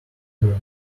turn